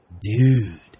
Dude